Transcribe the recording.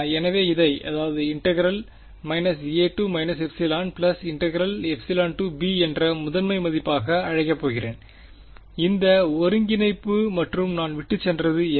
எனவே இதை a b என்ற முதன்மை மதிப்பாக அழைக்கப் போகிறேன் இந்த ஒருங்கிணைப்பு மற்றும் நான் விட்டுச் சென்றது என்ன